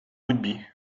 rugby